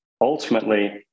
ultimately